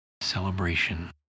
celebration